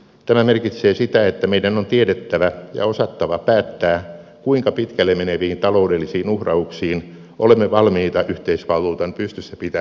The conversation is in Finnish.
tämä merkitsee sitä että meidän on tiedettävä ja osattava päättää kuinka pitkälle meneviin taloudellisiin uhrauksiin olemme valmiita yhteisvaluutan pystyssä pitämiseksi